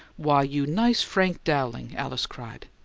why, you nice frank dowling! alice cried.